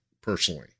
personally